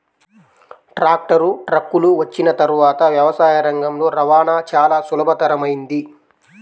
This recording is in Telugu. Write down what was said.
ట్రాక్టర్, ట్రక్కులు వచ్చిన తర్వాత వ్యవసాయ రంగంలో రవాణా చాల సులభతరమైంది